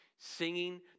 Singing